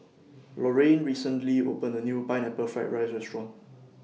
Lorrayne recently opened A New Pineapple Fried Rice Restaurant